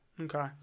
Okay